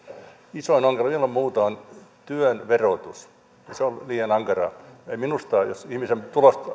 isoin ongelma ilman muuta on työn verotus se on liian ankaraa minusta on niin että jos ihmisen